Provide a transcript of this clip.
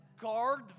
guard